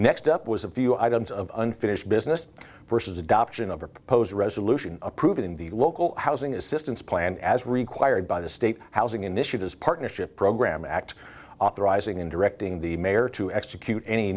next up was a few items of unfinished business versus adoption of a proposed resolution approved in the local housing assistance plan as required by the state housing initiatives partnership program act authorizing and directing the mayor to execute any